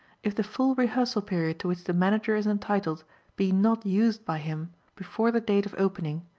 if the full rehearsal period to which the manager is entitled be not used by him before the date of opening,